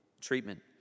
treatment